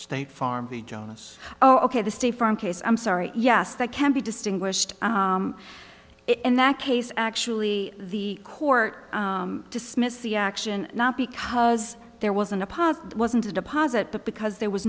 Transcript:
state farm the jonas oh ok the state farm case i'm sorry yes that can be distinguished in that case actually the court dismissed the action not because there wasn't a pod wasn't a deposit but because there was